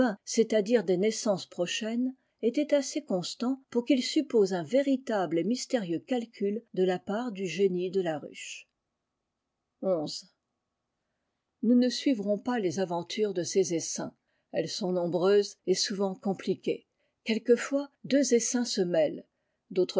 c'est-à-dire des naissances prochaines était assez constant pour qu'il suppose un véritable et mystérieux calcul de la part du génie de la ruche xi nous ne suivrons pas les aventures de ces essaims elles sont nombreuses et souvent compliquées quelquefois deux essaims se mêlent d'autrefois